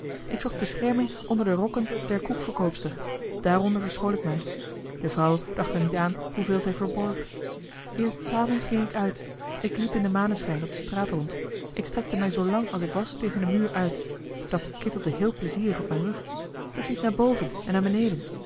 ik zocht bescherming onder de rokken der koekverkoopster daaronder verschool ik mij de vrouw dacht er niet aan hoe veel zij verborg eerst s avonds ging ik uit ik liep in den maneschijn op de straat rond ik strekte mij zoo lang als ik was tegen den muur uit dat kittelde heel plezierig op mijn rug ik liep naar boven en naar beneden